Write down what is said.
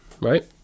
right